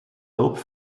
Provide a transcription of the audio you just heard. hulp